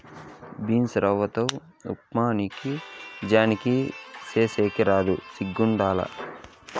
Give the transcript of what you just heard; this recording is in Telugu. బన్సీరవ్వతో ఉప్మా నీకీ జన్మకి సేసేకి రాదు సిగ్గుండాల